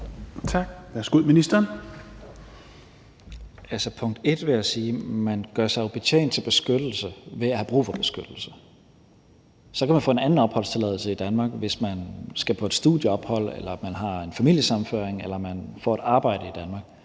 (Mattias Tesfaye): Først vil jeg sige, at man jo gør sig fortjent til beskyttelse ved at have brug for beskyttelse. Så kan man få en anden opholdstilladelse i Danmark, hvis man skal på et studieophold, eller hvis man har fået familiesammenføring, eller hvis man får et arbejde i Danmark.